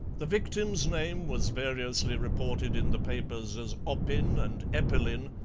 the victim's name was variously reported in the papers as oppin and eppelin,